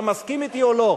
אתה מסכים אתי או לא?